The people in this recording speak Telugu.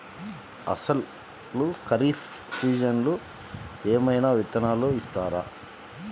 అసలు ఖరీఫ్ సీజన్లో ఏమయినా విత్తనాలు ఇస్తారా?